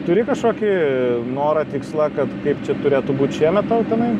turi kažkokį norą tikslą kad kaip čia turėtų būt šiemet tau tenai